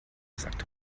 sagt